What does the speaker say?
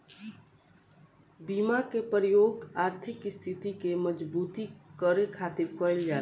बीमा के प्रयोग आर्थिक स्थिति के मजबूती करे खातिर कईल जाला